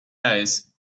eyes